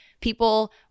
People